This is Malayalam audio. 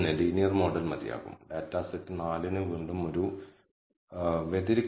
അതിനാൽ കോൺഫിഡൻസ് ഇന്റെർവെല്ലിൽ നിന്ന് തന്നെ നിരസിക്കുകയോ നൾ ഹൈപോതെസിസ് ഉണ്ടാക്കുകയോ ചെയ്യാം